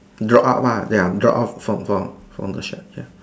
dropout lah they're dropout for for from the shirt ya